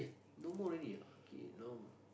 no more already ah okay now